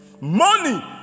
money